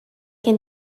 can